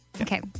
Okay